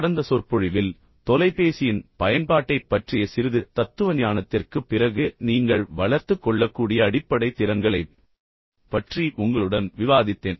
கடந்த சொற்பொழிவில் தொலைபேசியின் பயன்பாட்டைப் பற்றிய சிறிது தத்துவஞானத்திற்குப் பிறகு நீங்கள் வளர்த்துக் கொள்ளக்கூடிய அடிப்படை திறன்களைப் பற்றி உங்களுடன் விவாதித்தேன்